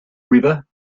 river